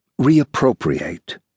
reappropriate